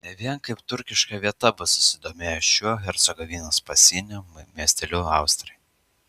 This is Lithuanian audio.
ne vien kaip turkiška vieta bus susidomėję šiuo hercegovinos pasienio miesteliu austrai